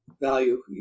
value